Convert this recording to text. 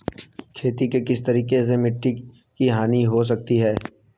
खेती के किस तरीके से मिट्टी की हानि हो सकती है?